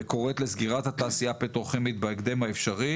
וקוראת לסגירת התעשייה הפטרוכימית בהקדם האפשרי